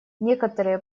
некоторые